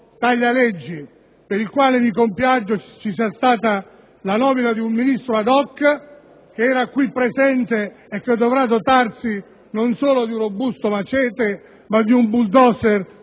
taglia leggi, per il quale mi compiaccio ci sia stata la nomina di un Ministro *ad hoc*, che era qui presente e che dovrà dotarsi non solo di un robusto *machete* ma di un *bulldozer*